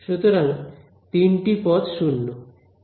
সুতরাং 3 টি পদ 0